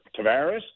Tavares